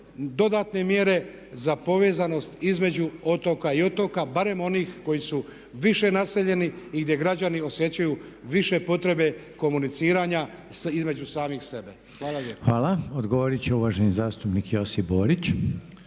dodatne mjere za povezanost između otoka i otoka, barem onih koji su više naseljeni i gdje građani osjećaju više potrebe komuniciranja između samih sebe. Hvala lijepa. **Reiner,